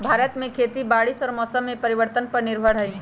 भारत में खेती बारिश और मौसम परिवर्तन पर निर्भर हई